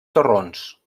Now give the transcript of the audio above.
torrons